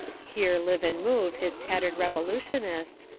here live and move his tattered revolu tionists,